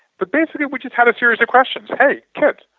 but basically we just had a series of question. hey kids,